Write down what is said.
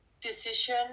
decision